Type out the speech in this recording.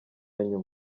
nyuma